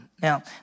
Now